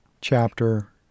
Chapter